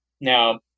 Now